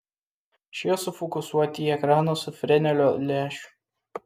šie sufokusuoti į ekraną su frenelio lęšiu